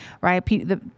right